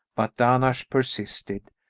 but dahnash persisted,